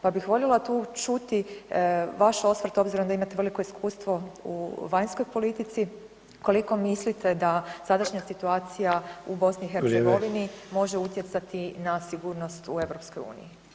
Pa bih voljela tu čuti vaš osvrt obzirom da imate veliko iskustvo u vanjskoj politici, koliko mislite da sadašnja situacija u BiH može utjecati na sigurnost u EU?